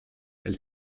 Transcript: elle